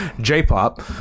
J-pop